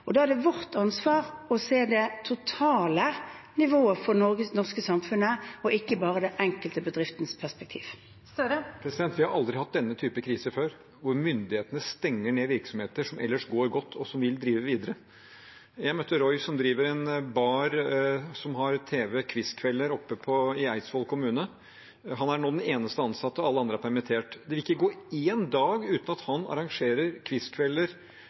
Da er det vårt ansvar å se det totale nivået for det norske samfunnet og ikke bare i den enkelte bedriftens perspektiv. Vi har aldri hatt denne typen krise før, hvor myndighetene stenger ned virksomheter som ellers går godt, og som vil drive videre. Jeg møtte Roy, som driver en bar som har TV- og quizkvelder i Eidsvoll kommune. Han er nå den eneste ansatte – alle de andre er permittert. Det vil ikke gå én dag uten at han arrangerer